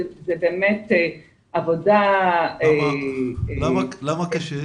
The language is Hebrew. זו באמת עבודה --- למה קשה?